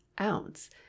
ounce